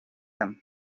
them